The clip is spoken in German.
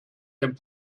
dem